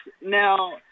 Now